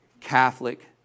catholic